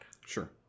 Sure